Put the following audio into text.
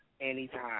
Anytime